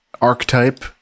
archetype